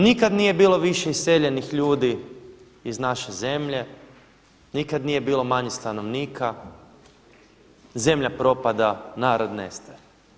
Nikada nije bilo više iseljenih ljudi iz naše zemlje, nikada nije bilo manje stanovnika, zemlja propada narod nestaje.